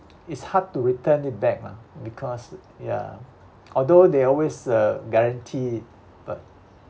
it's hard to return it back lah because ya although they always uh guarantee but